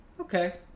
okay